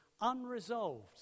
unresolved